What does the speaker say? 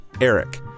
Eric